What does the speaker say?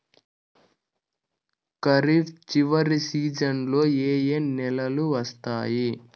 ఖరీఫ్ చివరి సీజన్లలో ఏ ఏ నెలలు వస్తాయి